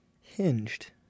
Hinged